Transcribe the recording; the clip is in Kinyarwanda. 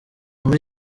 muri